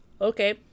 Okay